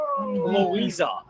Louisa